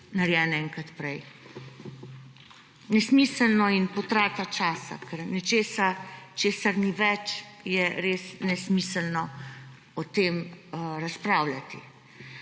narejen enkrat prej. Ni smiselno in potrata časa, ker o nečem, česar ni več, je res nesmiselno o tem razpravljati.